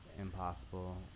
Impossible